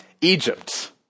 Egypt